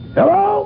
Hello